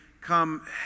come